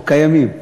או קיימים.